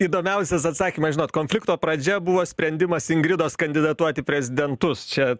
įdomiausias atsakymas žinot konflikto pradžia buvo sprendimas ingridos kandidatuot į prezidentus čia